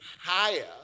higher